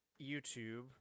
YouTube